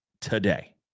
today